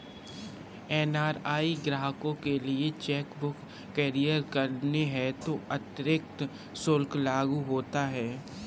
NRI ग्राहकों के लिए चेक बुक कुरियर करने हेतु अतिरिक्त शुल्क लागू होता है